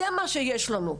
זה מה שיש לנו.